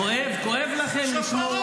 אתה מדבר על --- כואב, כואב לכם לשמוע.